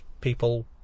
people